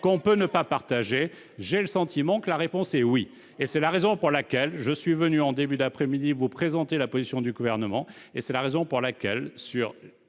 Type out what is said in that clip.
l'on peut ne pas partager, que la réponse est oui. C'est la raison pour laquelle je suis venu en début d'après-midi vous présenter la position du Gouvernement. C'est également la raison pour laquelle je